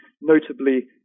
notably